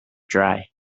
dry